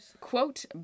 quote